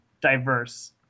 diverse